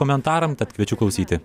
komentaram tad kviečiu klausyti